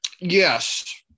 Yes